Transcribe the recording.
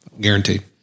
Guaranteed